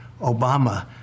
Obama